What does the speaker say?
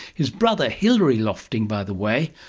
his brother hilary lofting, by the way,